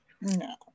no